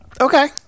Okay